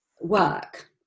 work